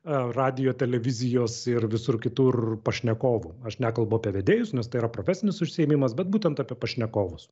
radijo televizijos ir visur kitur pašnekovų aš nekalbu apie vedėjus nes tai yra profesinis užsiėmimas bet būtent apie pašnekovus